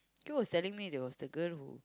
you was telling me there was the girl who